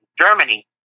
Germany